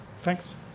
Thanks